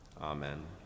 Amen